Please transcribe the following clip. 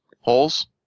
holes